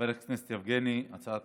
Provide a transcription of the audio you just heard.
חבר הכנסת יבגני, הצעה